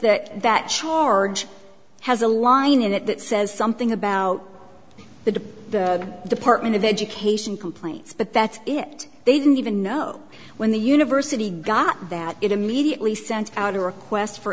that that charge has a line in it that says something about the department of education complaints but that's it they didn't even know when the university got that it immediately sent out a request for